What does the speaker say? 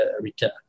return